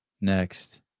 Next